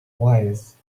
wise